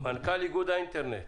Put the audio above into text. מנכ"ל איגוד האינטרנט.